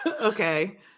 Okay